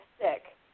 sick